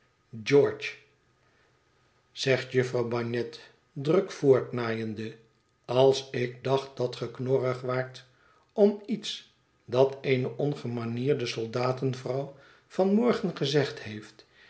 george zegt jufvrouw bagnet druk voortnaaiende als ik dacht dat ge knorrig waart om iets dat eene ongemanierde soldaten vrouw van morgen gezegd heeft